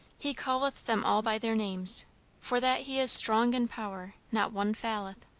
he calleth them all by their names for that he is strong in power, not one faileth.